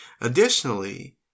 Additionally